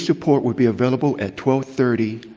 support will be available at twelve thirty